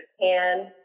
Japan